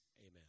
Amen